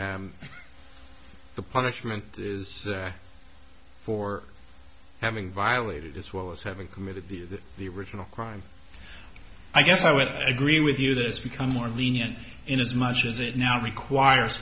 the punishment is for having violated as well as having committed the the original crime i guess i would agree with you this become more lenient in as much as it now requires